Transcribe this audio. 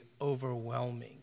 overwhelming